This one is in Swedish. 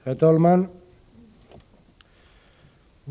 Nr 113 Herr talman!